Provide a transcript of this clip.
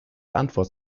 antwort